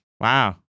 Wow